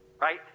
right